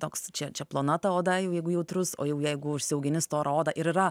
toks čia čia plona ta oda jau jeigu jautrus o jau jeigu užsiaugini storą odą ir yra